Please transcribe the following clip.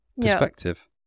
perspective